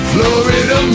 Florida